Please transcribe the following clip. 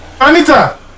Anita